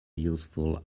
useful